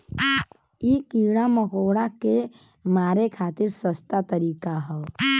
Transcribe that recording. इ कीड़ा मकोड़ा के मारे खातिर सस्ता तरीका हौ